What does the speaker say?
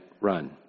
run